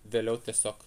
vėliau tiesiog